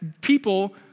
people